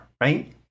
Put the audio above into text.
right